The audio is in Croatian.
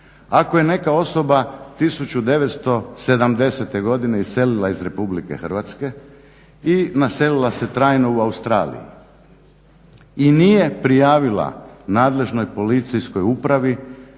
Ako je neka osoba 1970. godine iselila iz RH i naselila se trajno u Austriji i nije prijavila nadležnoj policijskoj upravi